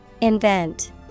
Invent